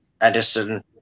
Edison